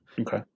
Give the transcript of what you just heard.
Okay